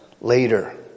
later